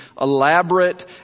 elaborate